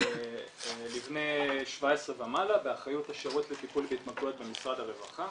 לבני 17 ומעלה באחריות השירות לטיפול בהתמכרויות במשרד הרווחה.